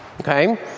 okay